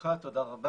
בשמחה רבה, תודה רבה.